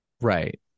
Right